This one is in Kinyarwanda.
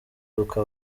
uko